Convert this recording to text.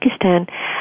Pakistan